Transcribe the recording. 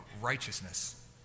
righteousness